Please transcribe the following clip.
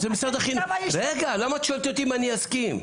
למה את שואלת אותי אם אני אסכים?